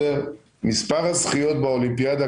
מספר הזכיות באולימפיאדה,